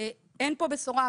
אין כאן בשורה.